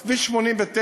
אז כביש 89,